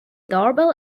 doorbell